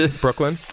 Brooklyn